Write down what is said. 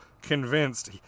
convinced